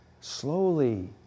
Slowly